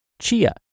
chia